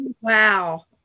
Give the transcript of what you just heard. Wow